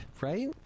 right